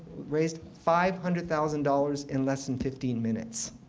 raised five hundred thousand dollars in less than fifteen minutes.